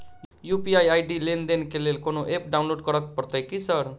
UPI ID लेनदेन केँ लेल कोनो ऐप डाउनलोड करऽ पड़तय की सर?